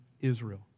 Israel